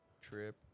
trip